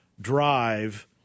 drive